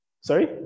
sorry